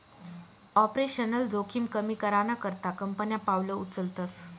operational जोखिम कमी कराना करता कंपन्या पावलं उचलतस